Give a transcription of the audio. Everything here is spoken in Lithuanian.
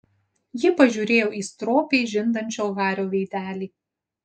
ji pažiūrėjo į stropiai žindančio hario veidelį